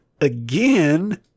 again